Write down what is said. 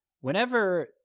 whenever